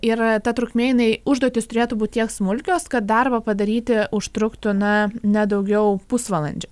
ir ta trukmė jinai užduotys turėtų būt tiek smulkios kad darbą padaryti užtruktų na ne daugiau pusvalandžio